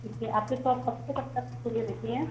ठीक है आपकी सॉप कब से कब तक खुली रहती है